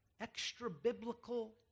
extra-biblical